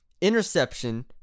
Interception